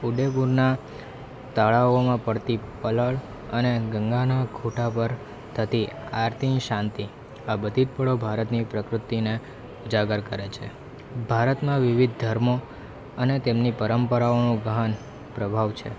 ઉદયપુરના તળાવોમાં પડતી પડલ અને ગંગાના ખૂંટા પર થતી આરતીની શાંતિ આ બધી જ પળો ભારતની પ્રકૃતિને ઉજાગર કરે છે ભારતમાં વિવિધ ધર્મો અને તેમની પરંપરાઓનું ગહન પ્રભાવ છે